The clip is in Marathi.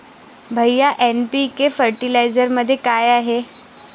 भैय्या एन.पी.के फर्टिलायझरमध्ये काय आहे?